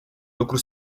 lucru